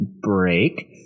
break